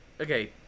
okay